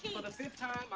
for the fifth time